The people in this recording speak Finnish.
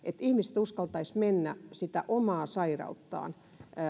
ihmiset uskaltaisivat mennä sitä omaa sairauttaan